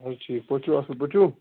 کیٛاہ حظ ٹھیٖک پٲٹھۍ چھِو اَصٕل پٲٹھۍ چھِو